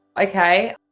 Okay